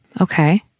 Okay